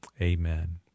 amen